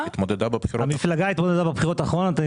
המפלגה התמודדה בבחירות האחרונות.